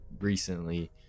recently